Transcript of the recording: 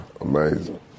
Amazing